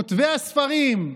כותבי הספרים,